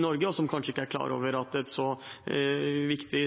Norge, og som kanskje ikke er klar over at et så viktig